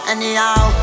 Anyhow